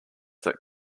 that